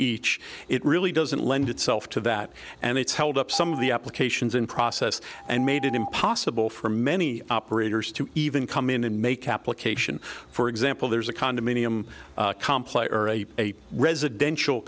each it really doesn't lend itself to that and it's held up some of the applications in process and made it impossible for many operators to even come in and make application for example there's a condominium complex or a a residential